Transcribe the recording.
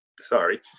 sorry